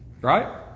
Right